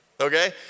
Okay